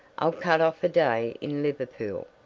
i'll cut off a day in liverpool.